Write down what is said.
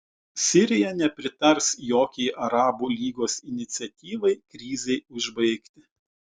sirija nepritars jokiai arabų lygos iniciatyvai krizei užbaigti